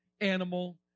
animal